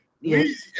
Yes